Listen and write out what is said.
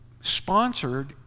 sponsored